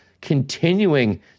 continuing